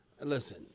listen